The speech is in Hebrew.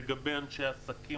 לגבי אנשי עסקים,